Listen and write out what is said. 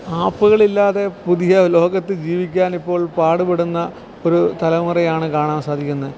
ആപ്പുകളില്ലാതെ പുതിയ ലോകത്ത് ജീവിക്കാൻ ഇപ്പോൾ പാടുപെടുന്ന ഒരു തലമുറയാണ് കാണാൻ സാധിക്കുന്നത്